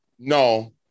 no